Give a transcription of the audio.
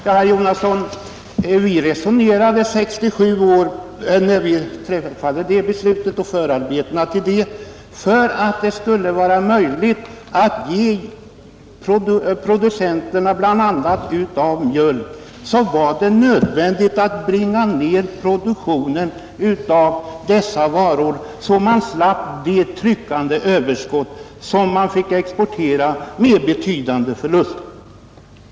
Ja, herr Jonasson, när vi träffade 1967 års beslut och under förarbetena till detta ansågs det — för att det skulle vara möjligt att stödja producenterna av bl.a. mjölk — nödvändigt att bringa ned produktionen av denna produkt så att man slapp det tryckande överskott som man fick exportera med betydande förluster.